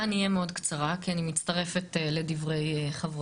אני אהיה מאוד קצרה, כי אני מצטרפת לדברי חברותיי.